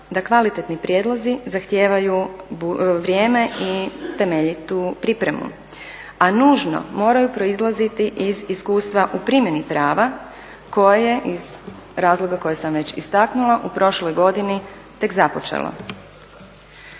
da kvalitetni prijedlozi zahtijevaju vrijeme i temeljitu pripremu, a nužno proizlaziti iz iskustva u primjeni prava koje je, iz razloga koje sam već istaknula, u prošloj godini tek započelo.